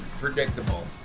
predictable